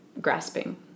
grasping